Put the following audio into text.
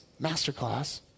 masterclass